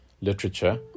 literature